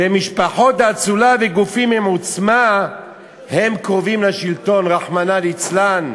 ומשפחות האצולה וגופים עם עוצמה הם קרובים לשלטון רחמנא ליצלן,